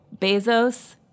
Bezos